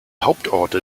hauptorte